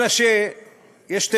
אלא שיש שתי